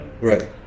Right